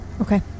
Okay